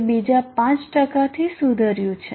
તે બીજા 5થી સુધર્યું છે